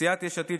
סיעת יש עתיד,